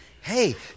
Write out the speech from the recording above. hey